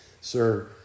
sir